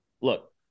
Look